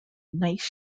gneiss